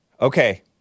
okay